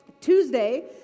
Tuesday